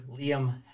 Liam